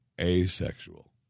asexual